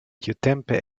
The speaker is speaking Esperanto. tiutempe